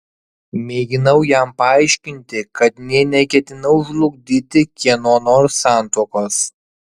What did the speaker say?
mėginau jam paaiškinti kad nė neketinau žlugdyti kieno nors santuokos